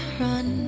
run